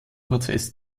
prozess